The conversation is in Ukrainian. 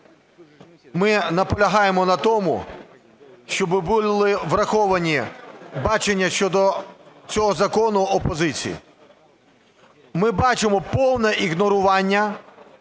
ми наполягаємо на тому, щоби були враховані бачення щодо цього закону опозиції. Ми бачимо повне ігнорування